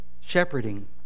shepherding